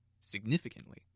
significantly